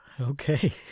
Okay